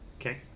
Okay